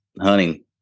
hunting